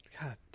God